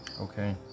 Okay